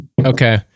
Okay